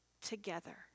together